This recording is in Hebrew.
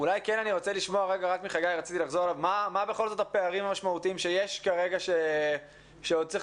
רוצה לשמוע מחגי מה בכל זאת הפערים המשמעותיים שיש כרגע שעוד צריך